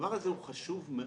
הדבר הזה הוא חשוב מאוד,